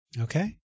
Okay